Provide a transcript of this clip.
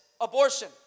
abortion